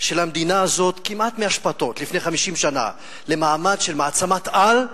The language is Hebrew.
של המדינה הזאת כמעט מאשפתות לפני 50 שנה למעמד של מעצמת-על,